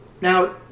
Now